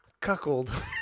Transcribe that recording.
cuckold